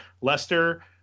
Lester